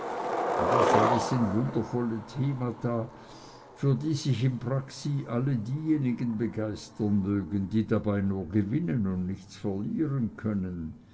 das alles sind wundervolle themata für die sich in praxi alle diejenigen begeistern mögen die dabei nur gewinnen und nichts verlieren können